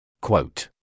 quote